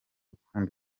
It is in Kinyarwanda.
ukunda